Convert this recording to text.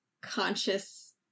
conscious